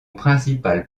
principal